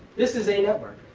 this is a network.